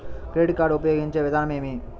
Credit card ఉపయోగించే విధానం ఏమి?